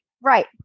Right